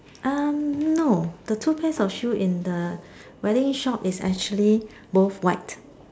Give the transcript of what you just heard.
um no the two pairs of shoe in the wedding shop is actually both white